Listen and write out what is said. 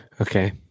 Okay